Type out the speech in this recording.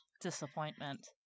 disappointment